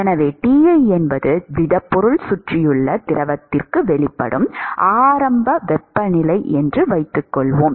எனவே Ti என்பது திடப்பொருள் சுற்றியுள்ள திரவத்திற்கு வெளிப்படும் ஆரம்ப வெப்பநிலை என்று வைத்துக்கொள்வோம்